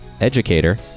educator